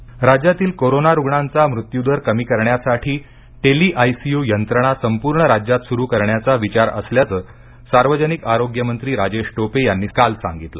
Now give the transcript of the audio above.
tele ICU राज्यातील corona रुग्णांचा मृत्यूदर कमी करण्यासाठी टेली आयसीयू यंत्रणा संपूर्ण राज्यात सुरू करण्याचा विचार असल्याचं सार्वजनिक आरोग्य मंत्री राजेश टोपे यांनी काल सांगितलं